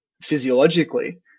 physiologically